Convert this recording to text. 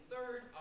Third